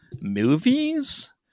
movies